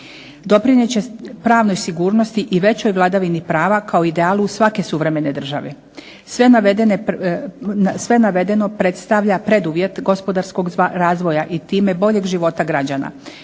Doprinijet će pravnoj sigurnosti i većoj vladavini prava, kao idealu svake suvremene države. Sve navedeno predstavlja preduvjet gospodarskog razvoja i time boljeg života građana.